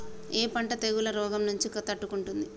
ఏ పంట తెగుళ్ల రోగం నుంచి తట్టుకుంటుంది?